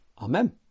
Amen